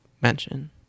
mention